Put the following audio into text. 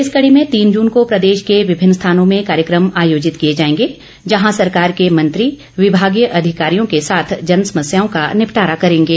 इस कड़ी में तीन जुन को प्रदेश के विभिन्न स्थानों में कार्यक्रम आयोजित किए जाएंगे जहां सरकार के मंत्री विभागीय अधिकारियों के साथ जनसमस्याओं का निपटारा करेंगे